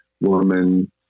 woman